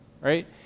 right